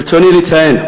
ברצוני לציין,